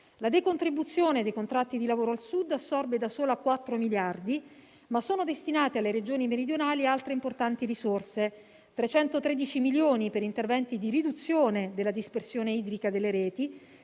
La decontribuzione dei contratti di lavoro al Sud assorbe da sola 4 miliardi, ma sono destinate alle Regioni meridionali altre importanti risorse: 313 milioni per interventi di riduzione della dispersione idrica delle reti;